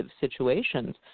situations